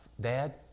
Dad